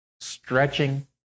stretching